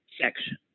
section